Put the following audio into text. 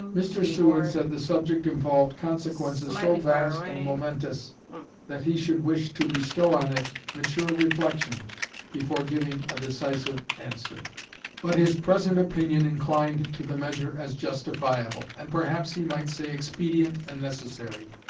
mr. seward said the subject involved consequences so vast and momentous that he should wish to bestow on it mature reflection before giving a decisive answer but his present opinion inclined to the measure as justifiable, and perhaps he might say expedient and necessary.